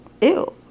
Ew